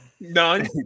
None